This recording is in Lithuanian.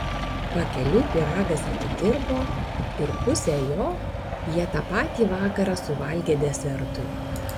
pakeliui pyragas atitirpo ir pusę jo jie tą patį vakarą suvalgė desertui